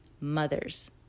mothers